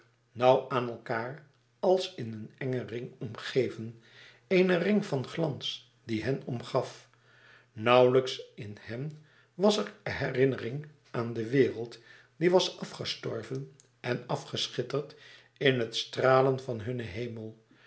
nauw aan elkaâr als in éen engen ring omgeven éen ring van glans die hen omgaf nauwlijks in hen was er herinnering aan de wereld die was aflouis couperus extaze een boek van geluk gestorven en afgeschitterd in het stralen van hunnen hemel